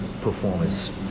performance